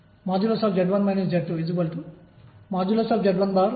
ఇది నాకు మొమెంటం ద్రవ్యవేగం p 2mE m22x2ను ఇస్తుంది